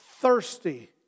thirsty